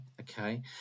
Okay